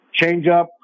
changeup